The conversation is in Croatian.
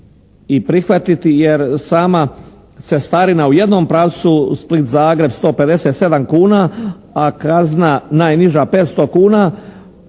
i prihvatiti jer sama cestarina u jednom pravcu Split-Zagreb 157 kuna, a kazna najniža 500 kuna,